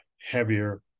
heavier